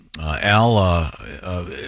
Al